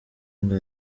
ngo